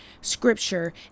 scripture